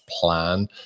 plan